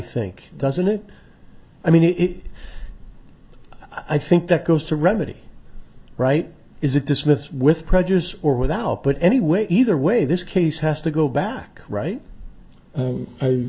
think doesn't it i mean it i think that goes to remedy right is it dismissed with prejudice or without but anyway either way this case has to go back right